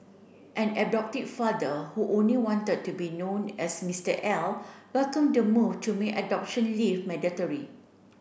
an adoptive father who only wanted to be known as Mister L welcomed the move to make adoption leave mandatory